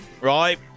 right